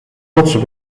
rotsen